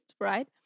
right